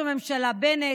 ראש הממשלה בנט,